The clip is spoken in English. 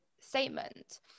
statement